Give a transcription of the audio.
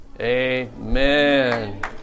amen